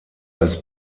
als